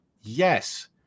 yes